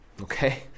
okay